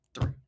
three